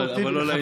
אבל לא לעניין.